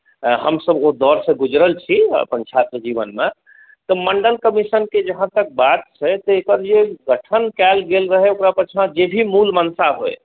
हमसभ ओ दौरसँ गुजरल छी अपन छात्रजीवनमे तऽ मण्डल कमीशनके जहाँ तक बात छै तकर जे गठन कयल गेल रहै ओकरा पाछाँ जे भी मूल मंशा होइ